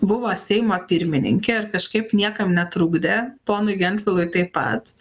buvo seimo pirmininkė ir kažkaip niekam netrukdė ponui gentvilui taip pat